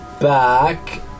back